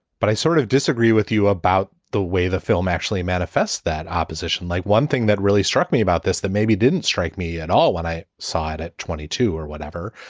but i sort of disagree with you about the way the film actually manifest that opposition. opposition. like one thing that really struck me about this, that maybe didn't strike me at all when i sighed at twenty two or whatever,